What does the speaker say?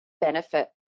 benefit